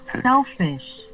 Selfish